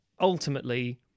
ultimately